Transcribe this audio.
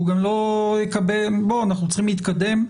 אנחנו צריכים להתקדם.